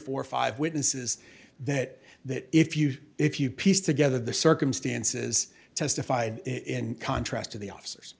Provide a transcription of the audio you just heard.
four or five witnesses that that if you if you piece together the circumstances testified in contrast to the officers